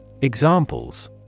Examples